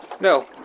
No